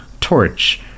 torch